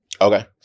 Okay